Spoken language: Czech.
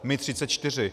My 34.